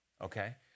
Okay